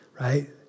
right